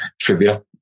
trivia